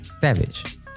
Savage